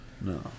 No